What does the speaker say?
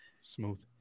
smooth